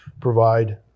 provide